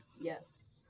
Yes